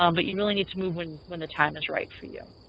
um but you really need to move when when the time is right for you.